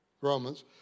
Romans